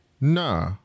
nah